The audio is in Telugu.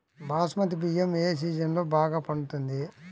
బాస్మతి బియ్యం ఏ సీజన్లో బాగా పండుతుంది?